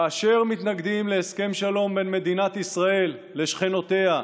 כאשר מתנגדים להסכם שלום בין מדינת ישראל לשכנותיה,